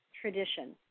tradition